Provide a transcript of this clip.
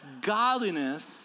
godliness